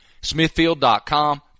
Smithfield.com